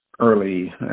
early